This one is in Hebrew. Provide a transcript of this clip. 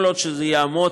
כל עוד זה יעמוד